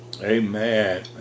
Amen